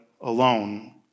alone